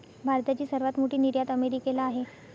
भारताची सर्वात मोठी निर्यात अमेरिकेला आहे